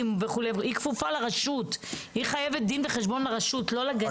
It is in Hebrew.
היא חייבת דין וחשבון לרשות, לא לגננת.